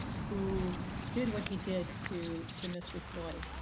who did what he did to to mr. floyd.